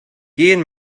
gehen